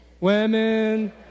Women